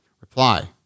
Reply